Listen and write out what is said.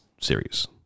series